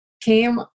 came